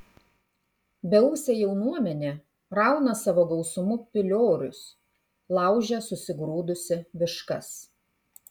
beūsė jaunuomenė rauna savo gausumu piliorius laužia susigrūdusi viškas